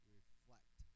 reflect